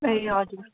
ए हजुर